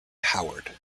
howard